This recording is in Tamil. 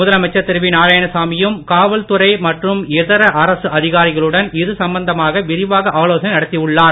முதலமைச்சர் திரு நாராயணசாமியும் காவல்துறை மற்றும் இதர அரசு அதிகாரிகளுடன் இது சம்பந்தமாக விரிவாக ஆலோசனை நடத்தி உள்ளார்